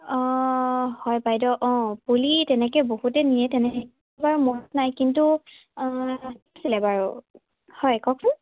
অঁ হয় বাইদেউ অঁ পুলি তেনেকৈ বহুতে নিয়ে তেনেকৈ বাৰু মনত নাই কিন্তু নিছিলে বাৰু হয় কওকচোন